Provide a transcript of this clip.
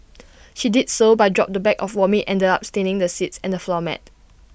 she did so but dropped the bag of vomit ended up staining the seats and the floor mat